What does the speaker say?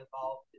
involved